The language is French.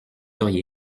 auriez